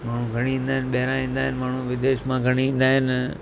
माण्हू घणेई ईंदा आहिनि ॿाहिरां ईंदा आहिनि माण्हू विदेश मां घणेई ईंदा आहिनि